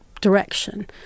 direction